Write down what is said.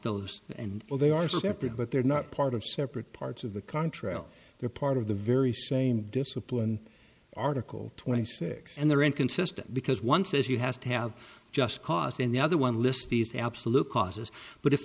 those and well they are separate but they're not part of separate parts of the contrail they're part of the very same discipline article twenty six and they are inconsistent because one says you has to have just cause and the other one lists these absolute causes but if